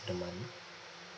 the money